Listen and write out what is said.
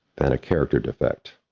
than a character defect.